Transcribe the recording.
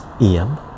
EM